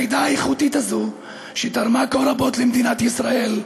העדה האיכותית הזו, שתרמה כה רבות למדינת ישראל,